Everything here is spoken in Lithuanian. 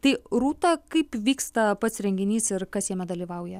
tai rūta kaip vyksta pats renginys ir kas jame dalyvauja